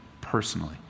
personally